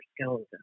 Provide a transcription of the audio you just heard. skeleton